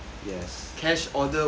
cash order !wah!